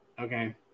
okay